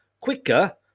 quicker